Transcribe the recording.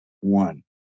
one